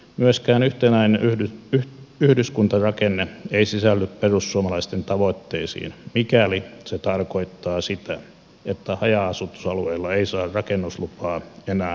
myöskään yhtenäinen yhdyskuntarakenne ei sisälly perussuomalaisten tavoitteisiin mikäli se tarkoittaa sitä että haja asutusalueilla ei saa rakennuslupaa enää omalle maalleen